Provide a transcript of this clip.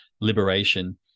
liberation